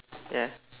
ya